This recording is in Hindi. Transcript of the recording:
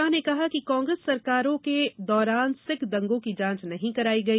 शाह ने कहा कि कांग्रेस सरकारों के दौरान सिख दंगों की जांच नहीं कराई गई